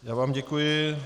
Já vám děkuji.